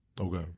Okay